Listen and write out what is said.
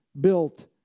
built